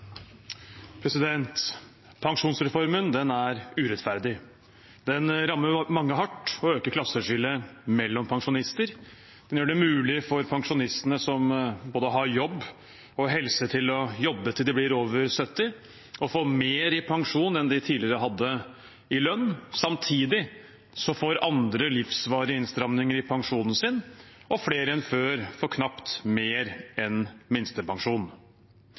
å jobbe til de er over 70, å få mer i pensjon enn de tidligere hadde i lønn. Samtidig får andre livsvarige innstramninger i pensjonen sin, og flere enn før får knapt mer enn minstepensjon.